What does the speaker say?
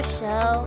show